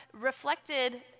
reflected